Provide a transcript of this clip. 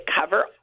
cover